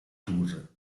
tour